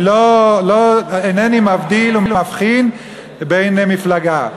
אינני מבדיל או מבחין בין מפלגות.